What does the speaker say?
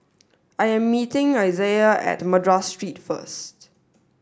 I am meeting Isiah at Madras Street first